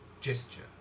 gesture